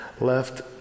left